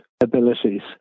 abilities